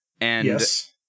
Yes